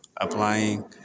applying